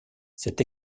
cet